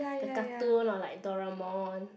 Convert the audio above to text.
the cartoon or like Doraemon